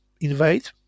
invade